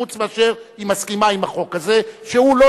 חוץ מאשר היא מסכימה עם החוק הזה שהוא לא